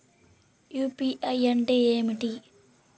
UPI అంటే ఏమిటీ?